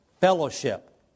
fellowship